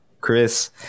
Chris